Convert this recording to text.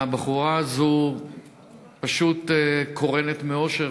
והבחורה הזאת פשוט קורנת מאושר.